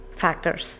factors